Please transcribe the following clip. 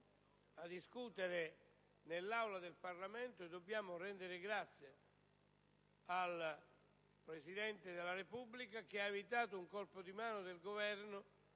a discutere in un'Aula del Parlamento, e dobbiamo rendere grazie al Presidente della Repubblica per aver evitato un colpo di mano del Governo,